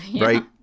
Right